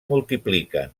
multipliquen